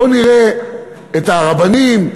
בוא נראה את הרבנים,